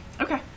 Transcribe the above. Okay